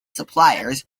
suppliers